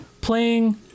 Playing